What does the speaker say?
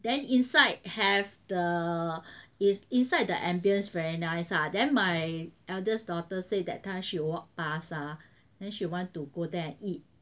then inside have the is inside the ambience very nice lah then my eldest daughter said that time she walk past ah then she want to go there eat